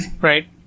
Right